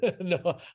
no